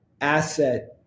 asset